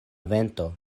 vento